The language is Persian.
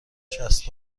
شصت